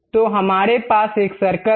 तो हमारे पास एक सर्कल है